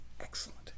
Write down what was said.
excellent